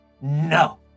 No